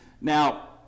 Now